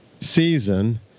season